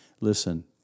Listen